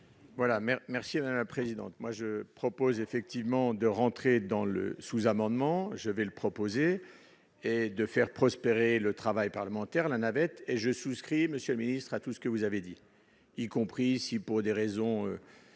Voilà, merci, merci à la présidente, moi je propose effectivement de rentrer dans le sous-amendement, je vais le proposer et de faire prospérer le travail parlementaire, la navette et je souscris, monsieur le ministre, à tout ce que vous avez dit, y compris ici pour des raisons